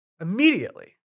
Immediately